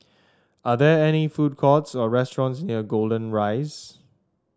are there any food courts or restaurants near Golden Rise